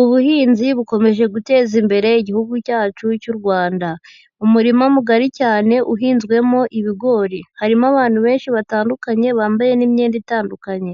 Ubuhinzi bukomeje guteza imbere igihugu cyacu cy'u Rwanda. Umurima mugari cyane uhinzwemo ibigori, harimo abantu benshi batandukanye bambaye n'imyenda itandukanye,